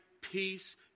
peace